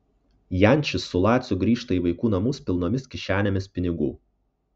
jančis su laciu grįžta į vaikų namus pilnomis kišenėmis pinigų